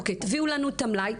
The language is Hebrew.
אוקיי, תביאו לנו את המלאי.